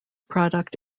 product